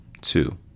Two